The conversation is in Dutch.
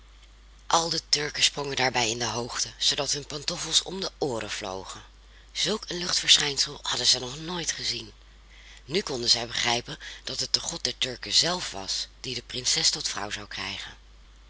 al de turken sprongen daarbij in de hoogte zoodat hun de pantoffels om de ooren vlogen zulk een luchtverschijnsel hadden zij nog nooit gezien nu konden zij begrijpen dat het de god der turken zelf was dien de prinses tot vrouw zou krijgen